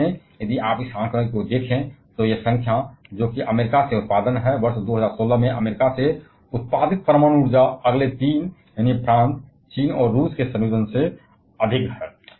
वास्तव में यदि आप इस आंकड़े को देखें तो यह संख्या जो अमेरिका से उत्पादन कर रही है वर्ष 2016 में अमेरिका से उत्पादित परमाणु ऊर्जा अगले तीन यानी फ्रांस चीन और रूस के संयोजन से अधिक है